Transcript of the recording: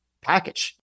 package